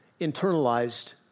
internalized